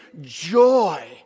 joy